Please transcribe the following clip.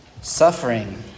Suffering